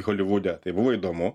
holivude tai buvo įdomu